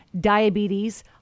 diabetes